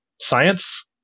Science